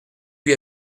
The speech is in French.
lui